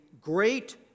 great